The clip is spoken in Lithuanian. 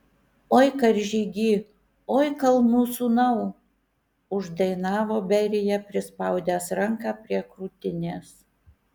oi karžygy oi kalnų sūnau uždainavo berija prispaudęs ranką prie krūtinės